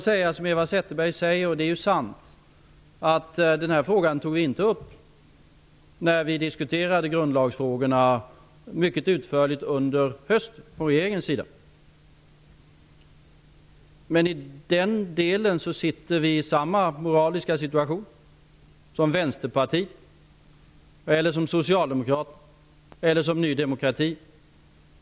Som Eva Zetterberg säger togs den här frågan inte upp från regeringens sida när vi mycket utförligt diskuterade grundlagsfrågorna under hösten. I den delen sitter vi i samma moraliska situation som Vänsterpartiet, Socialdemokraterna och Ny demokrati.